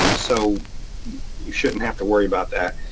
um so you shouldn't have to worry about that.